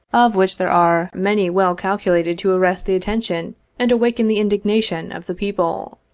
of which there are many well calculated to arrest the attention and awaken the indignation of the people.